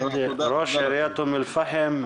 ראש עיריית אום אל פחם,